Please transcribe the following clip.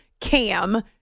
Cam